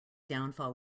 downfall